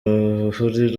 ruhuri